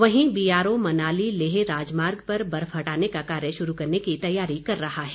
वहीं बीआरओ मनाली लेह राजमार्ग पर बर्फ हटाने का कार्य शुरू करने की तैयारी कर रहा है